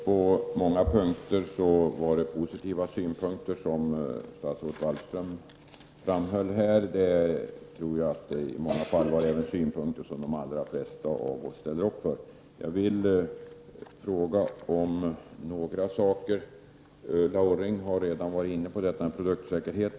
Herr talman! Statsrådet Wallström framförde här många positiva synpunkter. Jag tror att det var synpunkter som de allra flesta av oss här ställer upp bakom. Jag vill ställa några frågor. Ulla Orring har redan talat om produktsäkerhet.